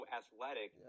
athletic